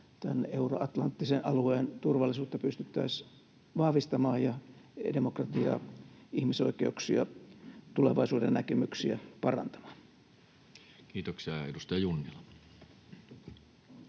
euroatlanttisen alueen turvallisuutta pystyttäisiin vahvistamaan ja demokratiaa, ihmisoikeuksia ja tulevaisuudennäkemyksiä parantamaan. Kiitoksia. — Edustaja Junnila.